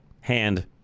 hand